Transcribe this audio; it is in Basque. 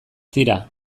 tira